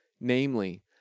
namely